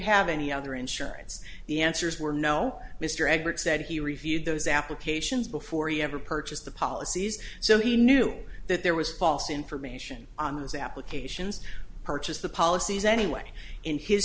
have any other insurance the answers were no mr ebert said he reviewed those applications before he ever purchased the policies so he knew that there was false information on his applications purchased the policies anyway in his